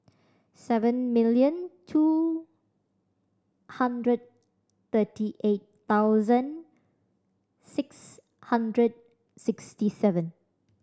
seven million two hundred thirty eight thousand six hundred sixty seven